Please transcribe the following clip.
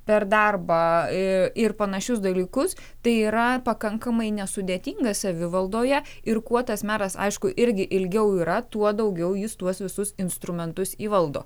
per darbą ir panašius dalykus tai yra pakankamai nesudėtinga savivaldoje ir kuo tas meras aišku irgi ilgiau yra tuo daugiau jis tuos visus instrumentus įvaldo